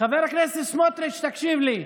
חבר הכנסת סמוטריץ', תקשיב לי.